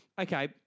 Okay